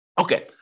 Okay